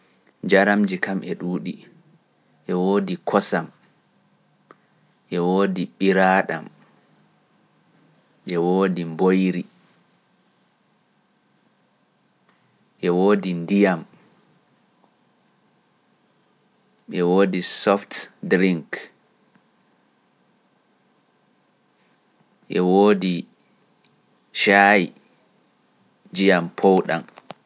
njaramji kam e ɗuuɗi, e woodi kosam, e woodi ɓiraaɗam, e woodi mboyri, e woodi ndiyam, e woodi soft ɗirink, e woodi caayi ƴiyam pow ɗam.